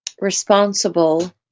responsible